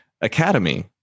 Academy